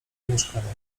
mieszkania